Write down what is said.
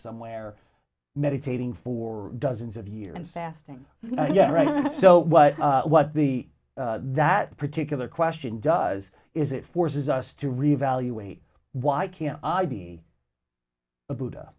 somewhere meditating for dozens of year and fasting yeah right so what what the that particular question does is it forces us to re evaluate why can't i be a buddha